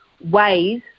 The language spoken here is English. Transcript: ways